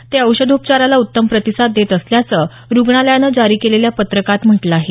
ते औषधोपचाराला उत्तम प्रतिसाद देत असल्याचं रुग्णालयानं जारी केलेल्या पत्रकात म्हटल आहे